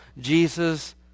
Jesus